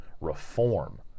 reform